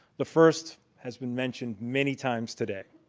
the first has been mentioned many times today.